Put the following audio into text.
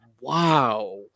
wow